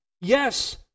yes